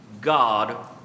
God